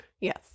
Yes